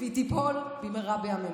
והיא תיפול במהרה בימינו.